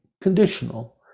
conditional